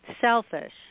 Selfish